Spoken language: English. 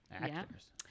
Actors